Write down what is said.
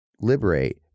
liberate